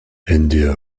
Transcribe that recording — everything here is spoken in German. ende